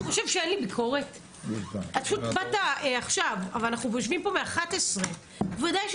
היו"ר מירב בן ארי (יו"ר ועדת